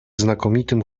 znakomitym